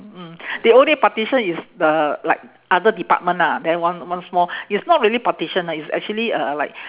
mm the only partition is the like other department ah then one one small it's not really partition ah it's actually a like